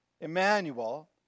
Emmanuel